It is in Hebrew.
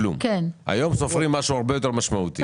היום סופרים משהו הרבה יותר משמעותי.